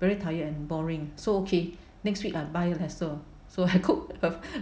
very tired and boring so okay next week I buy lesser so I cook